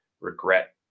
regret